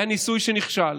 היה ניסוי שנכשל,